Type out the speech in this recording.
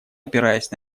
опираясь